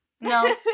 No